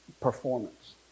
performance